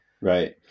Right